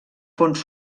fons